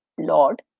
Lord